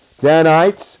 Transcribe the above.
Danites